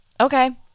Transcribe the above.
okay